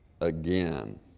again